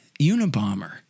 Unabomber